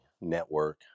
network